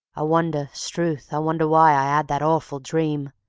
i wonder, struth, i wonder why i ad that orful dream?